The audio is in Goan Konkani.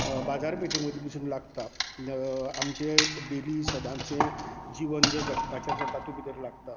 बाजार पेटीं मदी पसून लागता आमचें डेली सदांचे जिवन जें जगपाचें आसा तातूंत भितर लागता